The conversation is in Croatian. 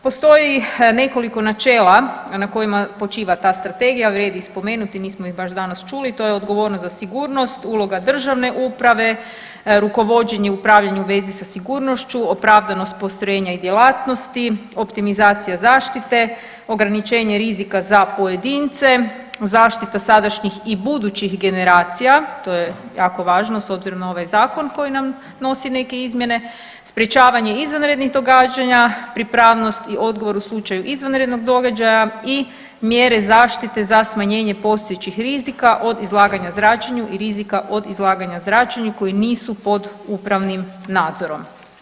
Postoji nekoliko načela na kojima počiva ta strategija, vrijedi ih spomenuti, nismo ih baš danas čuli, to je odgovornost za sigurnost, uloga državne uprave, rukovođenje u upravljanju u vezi sa sigurnošću, opravdanost postrojenja i djelatnosti, optimizacija zaštite, ograničenje rizika za pojedince, zaštita sadašnjih i budućih generacija, to je jako važno s obzirom na ovaj zakon koji nam nosi neke izmjene, sprječavanje izvanrednih događanja, pripravnost i odgovor u slučaju izvanrednog događaja i mjere zaštite za smanjenje postojećih rizika od izlaganju zračenju i rizika od izlaganja zračenju koji nisu pod upravnim nadzorom.